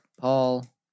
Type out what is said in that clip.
Paul